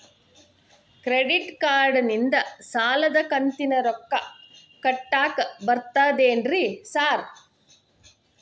Credit ಕಾರ್ಡನಿಂದ ಸಾಲದ ಕಂತಿನ ರೊಕ್ಕಾ ಕಟ್ಟಾಕ್ ಬರ್ತಾದೇನ್ರಿ ಸಾರ್?